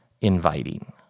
inviting